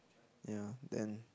ya then